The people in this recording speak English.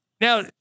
now